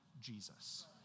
Jesus